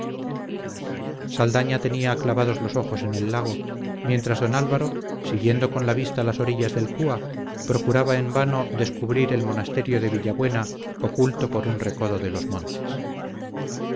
saldaña tenía clavados los ojos en el lago mientras don álvaro siguiendo con la vista las orillas del cúa procuraba en vano descubrir el monasterio de villabuena oculto por un recodo de los montes